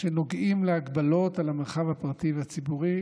שנוגעים להגבלות על המרחב הפרטי והציבורי,